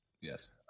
Yes